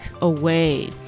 away